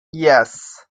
yes